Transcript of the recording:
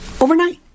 overnight